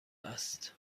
است